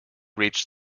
reach